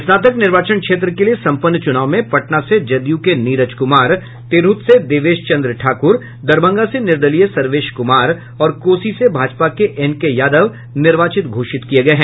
स्नातक निर्वाचन क्षेत्र के लिए सम्पन्न चुनाव में पटना से जदयू के नीरज कुमार तिरहुत से देवेश चंद्र ठाकुर दरभंगा से निर्दलीय सर्वेश कुमार और कोसी से भाजपा के एन के यादव निर्वाचित घोषित किए गए हैं